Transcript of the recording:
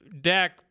Dak